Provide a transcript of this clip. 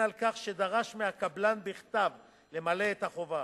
על כך שדרש מהקבלן בכתב למלא את החובה.